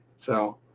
so,